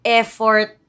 effort